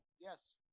Yes